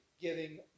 giving